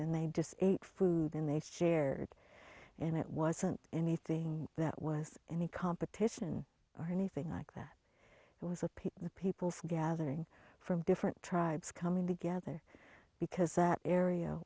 they just ate food and they shared and it wasn't anything that was any competition or anything like that it was a pit the people gathering from different tribes coming together because that area